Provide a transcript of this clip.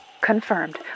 Confirmed